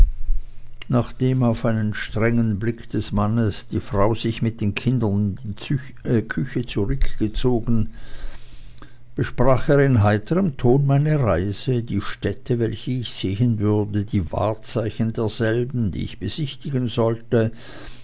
nachdem auf einen strengen blick des mannes die frau sich mit den kindern in die küche zurückgezogen besprach er in heiterm ton meine reise die städte welche ich sehen würde die wahrzeichen derselben die ich besichtigen solle